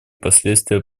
последствия